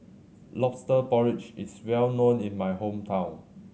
Lobster Porridge is well known in my hometown